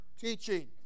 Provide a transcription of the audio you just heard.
teaching